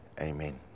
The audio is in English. amen